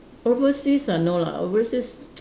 overseas ah no lah overseas